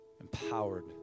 empowered